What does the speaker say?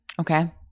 okay